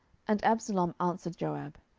and absalom answered joab,